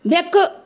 ಬೆಕ್ಕು